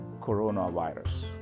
coronavirus